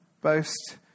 boast